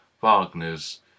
Wagner's